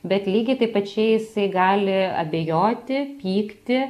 bet lygiai taip pačiai jisai gali abejoti pykti